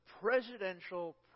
presidential